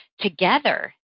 together